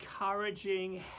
encouraging